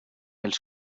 els